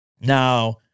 Now